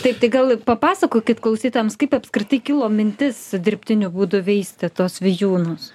taip tai gal papasakokit klausytojams kaip apskritai kilo mintis dirbtiniu būdu veisti tuos vijūnus